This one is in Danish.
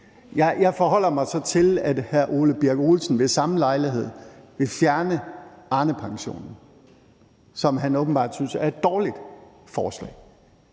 Jeg forholder mig så til, at hr. Ole Birk Olesen ved samme lejlighed vil fjerne Arnepensionen, som han åbenbart synes er et dårligt forslag.